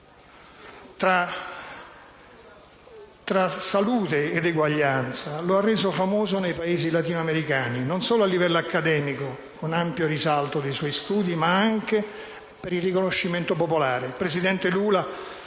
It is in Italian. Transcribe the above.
tra salute ed eguaglianza lo ha reso famoso nei Paesi latinoamericani, non solo a livello accademico, con l'ampio risalto dei suoi studi, ma anche per il riconoscimento popolare.